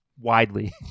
Widely